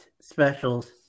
specials